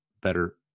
better